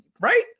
Right